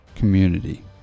Community